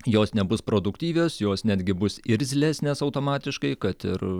jos nebus produktyvios jos netgi bus irzlesnės automatiškai kad ir